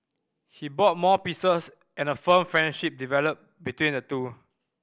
he bought more pieces and a firm friendship developed between the two